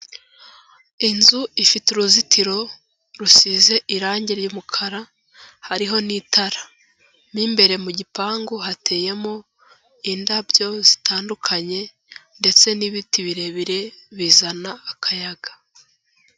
Inzu ifite uruzitiro rusize irangi ry'umukara hariho n'itara. N'imbere mu gipangu hateyemo indabyo zitandukanye ndetse n'ibiti birebire bizana akayaga